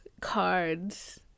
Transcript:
cards